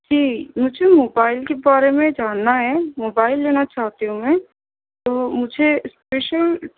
جی مجھے موبائل کے بارے میں جاننا ہے موبائل لینا چاہتی ہوں میں تو مجھے اسپیشل